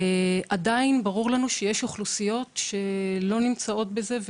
עדיין ברור לנו שיש אוכלוסיות שלא נמצאות בזה,